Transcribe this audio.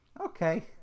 Okay